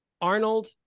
Arnold